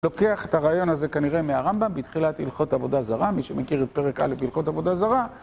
לוקח את הרעיון הזה כנראה מהרמב״ם, בתחילת הלכות עבודה זרה, מי שמכיר את פרק 1 בהלכות עבודה זרה